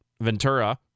Ventura